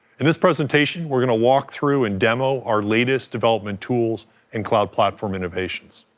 in this presentation, we're going to walk through and demo our latest development tools in cloud platform innovations.